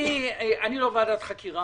אני לא ועדת חקירה